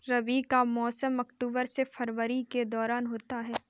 रबी का मौसम अक्टूबर से फरवरी के दौरान होता है